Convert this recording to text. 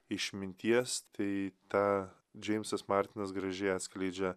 išminties tai tą džeimsas martines gražiai atskleidžia